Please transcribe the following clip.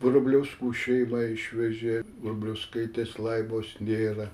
grubliauskų šeimą išvežė grubliauskaitės laimos nėra